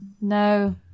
No